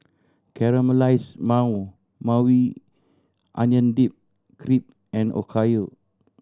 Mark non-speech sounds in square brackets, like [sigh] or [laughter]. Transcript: Caramelized [unintelligible] Maui Onion Dip Crepe and Okayu